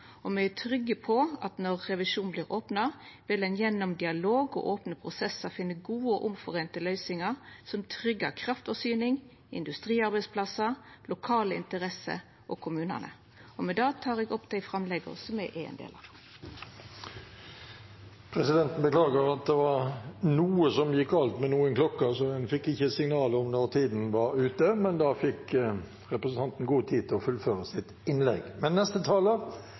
og me er trygge på at når revisjon vert opna, vil ein gjennom dialog og opne prosessar finna gode, avtalte løysingar som tryggjar kraftforsyning, industriarbeidsplassar, lokale interesser og kommunane. Presidenten beklager at det var noe som gikk galt med noen klokker, så en fikk ikke signal om når tiden var ute. Men da fikk representanten god tid til å fullføre sitt innlegg.